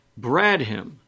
Bradham